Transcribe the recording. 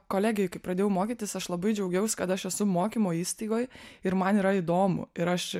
kolegijoj kai pradėjau mokytis aš labai džiaugiaus kad aš esu mokymo įstaigoj ir man yra įdomu ir aš